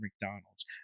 McDonald's